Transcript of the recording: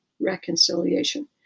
reconciliation